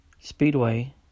speedway